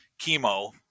chemo